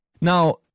Now